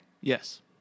Yes